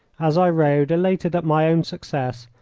as i rode, elated at my own success,